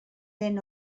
den